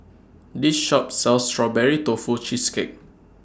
This Shop sells Strawberry Tofu Cheesecake